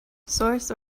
source